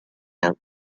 out